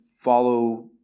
follow